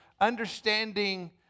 understanding